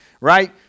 right